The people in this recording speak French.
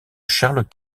charles